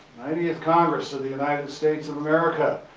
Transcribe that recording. ninetieth congress of the united states of america,